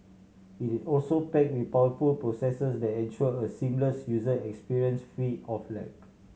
it is also packed with powerful processors that ensure a seamless user experience free of lag